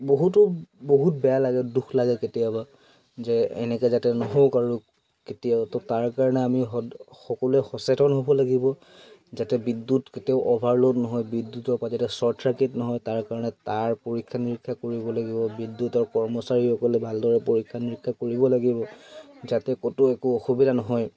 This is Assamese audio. বহুতো বহুত বেয়া লাগে দুখ লাগে কেতিয়াবা যে এনেকৈ যাতে নহওক আৰু কেতিয়াও তো তাৰ কাৰণে আমি সদ সকলোৱে সচেতন হ'ব লাগিব যাতে বিদ্যুত কেতিয়াও অ'ভাৰলোড নহয় বিদ্যুতৰ পৰা যাতে শ্বৰ্ট চাৰ্কিট নহয় তাৰ কাৰণে তাৰ পৰীক্ষা নিৰীক্ষা কৰিব লাগিব বিদ্যুতৰ কৰ্মচাৰীসকলে ভালদৰে পৰীক্ষা নিৰীক্ষা কৰিব লাগিব যাতে ক'তো একো অসুবিধা নহয়